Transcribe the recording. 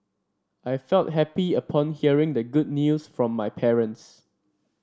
I felt happy upon hearing the good news from my parents